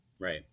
Right